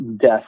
death